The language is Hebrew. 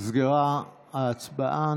נסגרה ההצבעה.